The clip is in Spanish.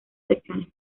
secciones